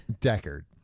Deckard